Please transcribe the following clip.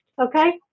okay